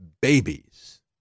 babies